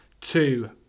two